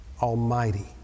almighty